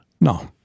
No